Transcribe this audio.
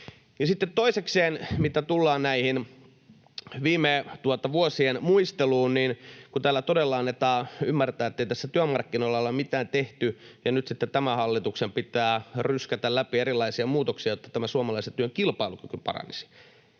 sitten toisekseen, mitä tulee viime vuosien muisteluun, niin kun täällä todella annetaan ymmärtää, ettei tässä työmarkkinoilla ole mitään tehty ja että nyt sitten tämän hallituksen pitää ryskätä läpi erilaisia muutoksia, jotta suomalaisen työn kilpailukyky paranisi,